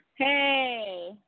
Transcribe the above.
Hey